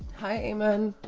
heyman.